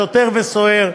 שוטר וסוהר,